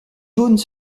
jaunes